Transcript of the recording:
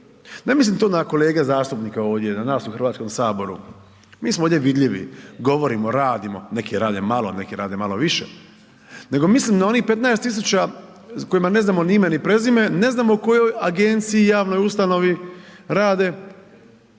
Ne mislim to na kolege zastupnike ovdje na nas u Hrvatskom saboru, mi smo ovdje vidljivi, govorimo, radimo, neki rade malo, neki rade malo više, nego mislim na onih 15.000 kojima ne znamo ni ime, ni prezime, ne znamo u kojoj agenciji, javnoj ustanovi rade,